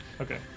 Okay